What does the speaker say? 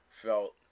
felt